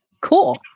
cool